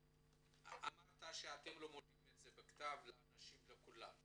אמרת שאתם לא מודיעים את זה בכתב לכולם,